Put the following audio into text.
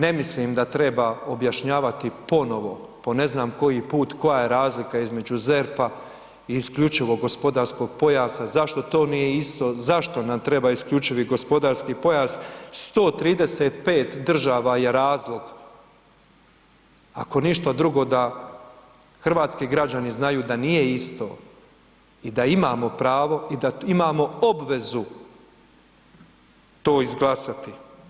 Ne mislim da treba objašnjavati ponovo po ne znam koji put koja je razlika između ZERP-a i isključivog gospodarskog pojasa, zašto to nije isto, zašto nam treba isključivi gospodarski pojas, 135 država je razlog, ako ništa drugo da hrvatski građani znaju da nije isto i da imamo pravo i da imamo obvezu to izglasati.